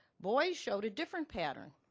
boys showed a different pattern,